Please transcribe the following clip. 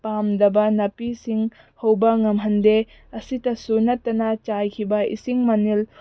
ꯄꯥꯝꯗꯕ ꯅꯥꯄꯤꯁꯤꯡ ꯍꯧꯕ ꯉꯝꯍꯟꯗꯦ ꯑꯁꯤꯗꯁꯨ ꯅꯠꯇꯅ ꯆꯥꯏꯈꯤꯕ ꯏꯁꯤꯡ ꯃꯅꯤꯜ